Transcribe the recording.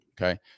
Okay